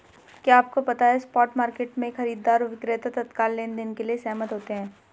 क्या आपको पता है स्पॉट मार्केट में, खरीदार और विक्रेता तत्काल लेनदेन के लिए सहमत होते हैं?